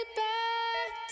back